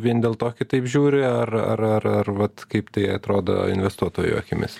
vien dėl to kitaip žiūri ar ar ar ar vat kaip tai atrodo investuotojų akimis